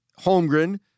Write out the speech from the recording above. Holmgren